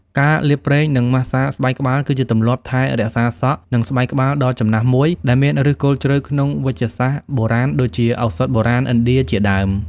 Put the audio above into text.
ការលាបប្រេង និងម៉ាស្សាស្បែកក្បាល គឺជាទម្លាប់ថែរក្សាសក់ និងស្បែកក្បាលដ៏ចំណាស់មួយដែលមានឫសគល់ជ្រៅក្នុងវេជ្ជសាស្ត្របុរាណ ដូចជា ឱសថបុរាណឥណ្ឌាជាដើម។